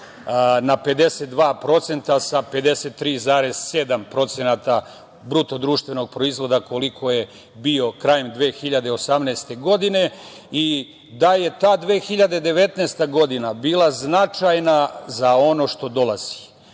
na 52% sa 53,7% BDP koliko je bio krajem 2018. godine i da je ta 2019. godina bila značajna za ono što dolazi,